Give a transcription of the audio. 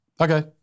okay